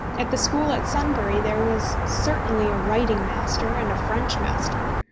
at the school at sunbury there was certainly a writing master and a french master.